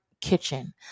kitchen